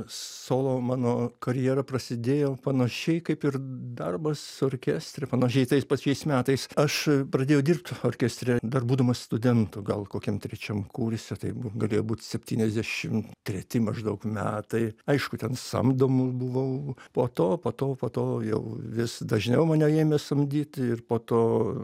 solo mano karjera prasidėjo panašiai kaip ir darbas orkestre panašiai tais pačiais metais aš pradėjau dirbt orkestre dar būdamas studentu gal kokiam trečiam kurse taip galėjo būt septyniasdešimt treti maždaug metai aišku ten samdomu buvau po to po to po to jau vis dažniau mane ėmė samdyt ir po to